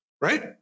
Right